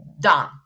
done